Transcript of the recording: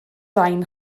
rain